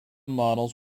models